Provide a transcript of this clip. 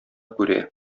күрә